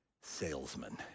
salesman